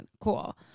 Cool